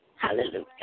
Hallelujah